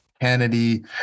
Kennedy